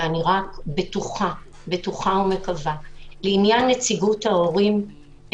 ואני בטוחה ומקווה לעניין נציגות ההורים,